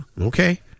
Okay